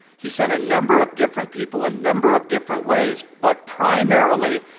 he sent a number of different people, a number of different ways. but primarily,